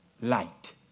light